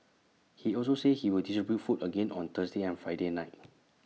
he also said he will distribute food again on Thursday and Friday night